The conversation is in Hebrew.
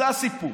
זה הסיפור.